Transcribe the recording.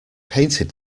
painted